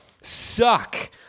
suck